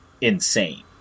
insane